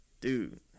dude